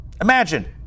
Imagine